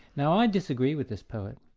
now i disagree with this poet.